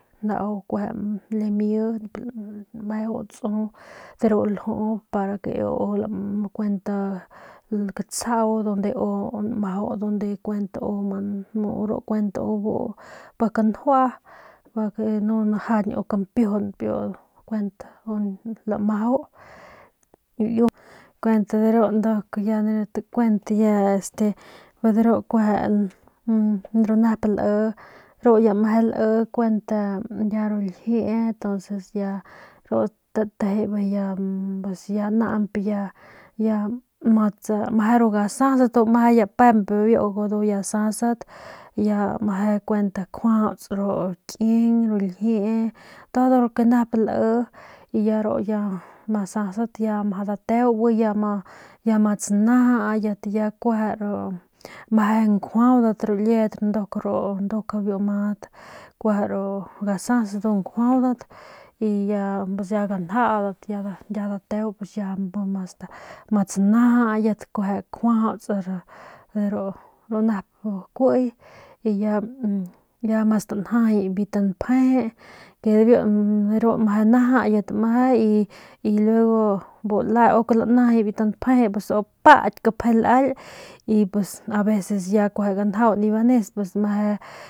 Nau lami meu tsu de ru lju para ke kuent katsjau pa nmajau unde kuent u pik njua pa nu najañ kampiujunp lamajau kuent de ru nduk takuent este de ru nep lii ru ya meje lii kuent ru ljiee y ru stateje y ya naañp ya ru gasasat ru gasasat ndu ya pemp bibiu ya asasat ya meje kjuajauts ru kieng ru ljiee todo lo ke nep lii y ya ma sasat ya mjau dateu ya ma tsanajayat ya kueje ru meje nkjuaudat ru liedat ru nduk biu madat ru gasasat ndu nkjuaudat y ya ganjaudat ya dateu ya ma tsanajayat ya kueje kjuajauts ru nep kuiy ya ma stanjajay biu npje y biu meje najayit meje y bu le uk lanajay biu npje u paky pje laly y pus veces ya ganjau nip banes pus meje.